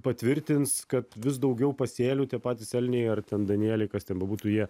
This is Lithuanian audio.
patvirtins kad vis daugiau pasėlių tie patys elniai ar ten danieliai kas ten bebūtų jie